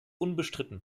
unbestritten